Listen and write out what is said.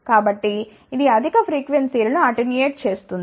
కాబట్టి ఇది అధిక ఫ్రీక్వెన్సీ లను అటెన్యుయేట్ చేస్తుంది